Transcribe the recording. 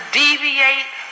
deviate